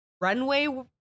runway